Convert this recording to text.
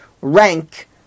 rank